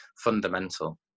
fundamental